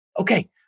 okay